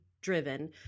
driven